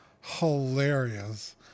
hilarious